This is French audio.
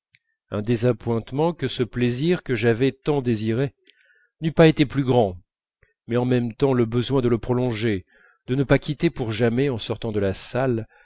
un désappointement que ce plaisir que j'avais tant désiré n'eût pas été plus grand mais en même temps le besoin de le prolonger de ne pas quitter pour jamais en sortant de la salle